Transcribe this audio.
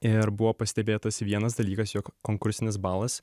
ir buvo pastebėtas vienas dalykas jog konkursinis balas